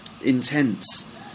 intense